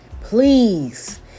Please